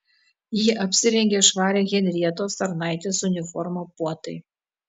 ji apsirengė švarią henrietos tarnaitės uniformą puotai